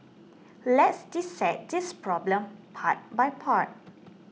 let's dissect this problem part by part